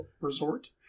resort